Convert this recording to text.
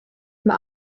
mae